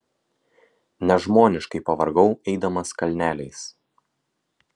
nežmoniškai pavargau eidamas kalneliais